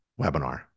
webinar